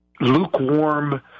lukewarm